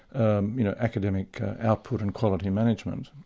and you know academic output and quality management.